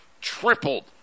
tripled